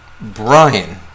Brian